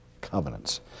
covenants